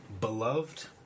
beloved